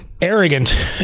arrogant